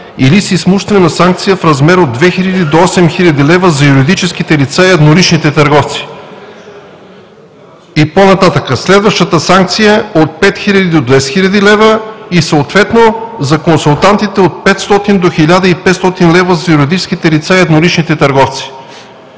или с имуществена санкция в размер от 2000 до 8000 лв. за юридическите лица и едноличните търговци.“ И по-нататък: следващата санкция от 5000 до 10 000 лв. и съответно за консултантите от 500 до 1500 лв. за юридическите лица и едноличните търговци.